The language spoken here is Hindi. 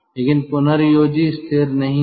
लेकिन पुनर्योजी स्थिर नहीं है